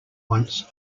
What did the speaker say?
once